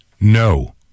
No